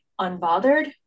unbothered